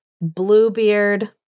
Bluebeard